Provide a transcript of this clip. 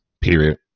period